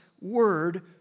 word